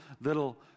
little